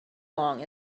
long